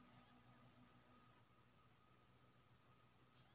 केना mobile app से हम अपन खाता संख्या के विवरण देख सकब?